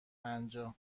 پنجاه